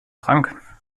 trank